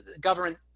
government